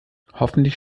hoffentlich